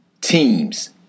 teams